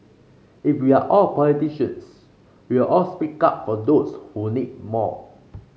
if we are all politicians we will all speak up for those who need more